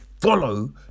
follow